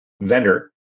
vendor